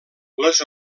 les